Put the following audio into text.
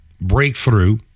breakthrough